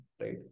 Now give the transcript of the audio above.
right